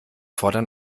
fordern